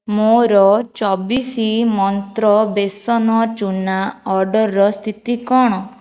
ମୋର ଚବିଶ ମନ୍ତ୍ର ବେସନ ଚୂନା ଅର୍ଡ଼ରର ସ୍ଥିତି କ'ଣ